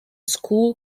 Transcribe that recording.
school